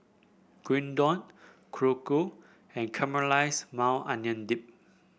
Gyudon Korokke and Caramelize Maui Onion Dip